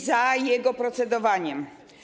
za jego procedowaniem.